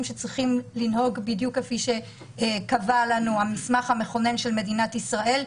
שצריכים לנהוג בדיוק כפי שקבע לנו המסמך המכונן של מדינת ישראל,